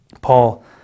Paul